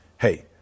Hey